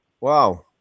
Wow